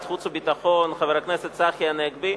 החוץ והביטחון חבר הכנסת צחי הנגבי,